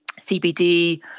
CBD